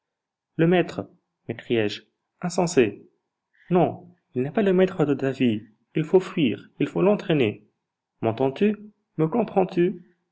le maître m'écriai-je insensé non il n'est pas le maître de ta vie il faut fuir il faut l'entraîner m'entends-tu me comprends-tu